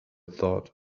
thought